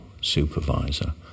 supervisor